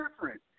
different